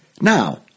Now